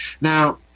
Now